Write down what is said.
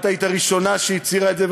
את היית הראשונה שהצהירה על זה,